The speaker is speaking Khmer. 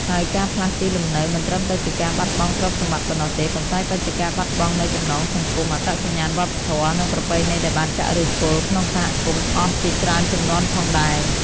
ហើយការផ្លាស់ទីលំនៅមិនត្រឹមតែជាការបាត់បង់ទ្រព្យសម្បត្តិប៉ុណ្ណោះទេ ប៉ុន្តែក៏ជាការបាត់បង់នូវចំណងសង្គម អត្តសញ្ញាណវប្បធម៌ និងប្រពៃណីដែលបានចាក់ឫសគល់ក្នុងសហគមន៍អស់ជាច្រើនជំនាន់ផងដែរ។